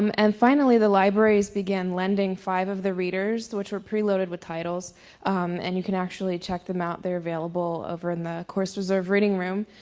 um and finally the libraries began lending five of the readers, which were pre-loaded with titles and you can actually check them out. they're available over in the course reserve reading room